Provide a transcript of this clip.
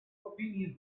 opinion